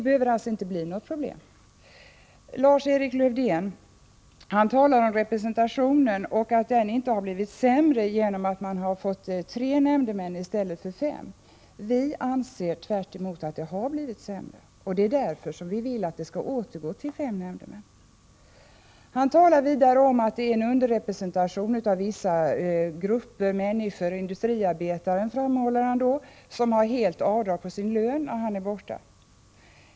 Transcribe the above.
Lars-Erik Lövdén säger att representationen inte blivit sämre med tre nämndemän i stället för fem. Vi anser att det har blivit sämre, och det är därför vi vill återgå till fem nämndemän. Lars-Erik Lövdén talar vidare om att vissa grupper är underrepresenterade, och han framhåller industriarbetaren som får helt avdrag på sin lön när han är borta från arbetet.